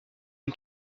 une